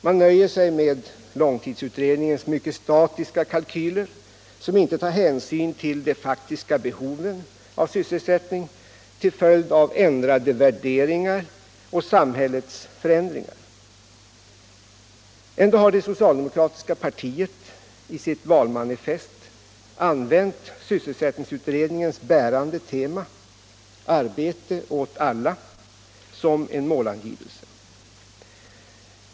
Man nöjer sig med långtidsutredningens mycket statiska kalkyler som inte tar hänsyn till det faktiska behovet av sysselsättning till följd av ändrade värderingar och samhällets förändringar. Ändå har det socialdemokratiska partiet i sitt valmanifest använt sysselsättningsutredningens bärande tema ”arbete åt alla” som en målangivelse.